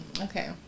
Okay